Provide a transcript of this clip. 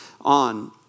on